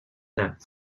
that